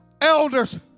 Elders